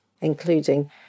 including